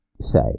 say